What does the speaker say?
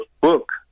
book